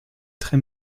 très